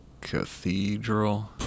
Cathedral